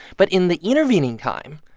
but in the intervening time,